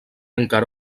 encara